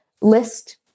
list